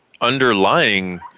underlying